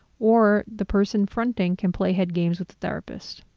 or the person fronting can play head games with the therapist.